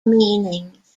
meanings